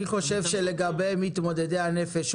אני חושב שלגבי מתמודדי הנפש,